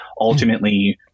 ultimately